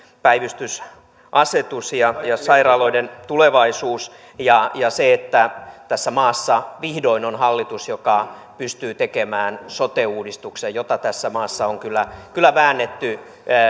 päivystysasetus ja ja sairaaloiden tulevaisuus ja tässä maassa vihdoin on hallitus joka pystyy tekemään sote uudistuksen jota tässä maassa on kyllä kyllä väännetty